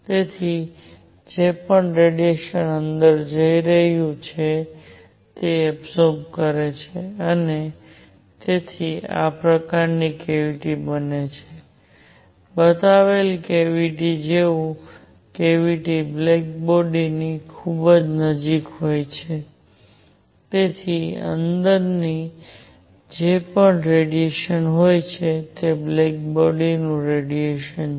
તેથી જે પણ રેડિયેશન અંદર જઈ રહ્યું છે તે એબસોર્બ કરે છે અને તેથી આ પ્રકારનું કેવીટી બને છે બતાવેલ કેવીટી જેવું કેવીટી બ્લેક બોડી ની ખૂબ નજીક હોય છે તેની અંદર જે પણ રેડિયેશન હોય છે તે બ્લેક બોડી નું રેડિયેશન છે